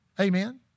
Amen